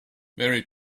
mary